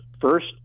First